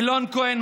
אילון כהן,